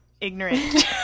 ignorant